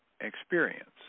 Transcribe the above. experience